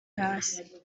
hasi